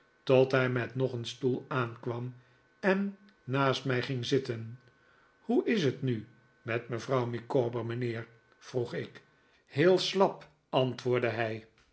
tot hij met nog een stoel aankwam en naast mij ging zitten hoe is het nu met mevrouw micawber mijnheer vroeg ik heel slap antwoordde hij